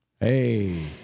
Hey